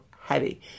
heavy